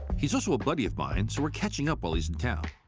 he's also a buddy of mine. so we're catching up while he's in town.